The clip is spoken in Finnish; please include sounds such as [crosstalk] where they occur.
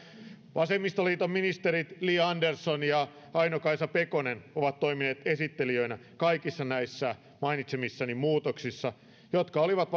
vasemmistoliiton ministerit li andersson ja aino kaisa pekonen ovat toimineet esittelijöinä kaikissa näissä mainitsemissani muutoksissa jotka olivat [unintelligible]